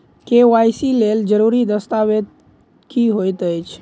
KYC लेल जरूरी दस्तावेज की होइत अछि?